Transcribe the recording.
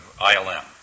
ILM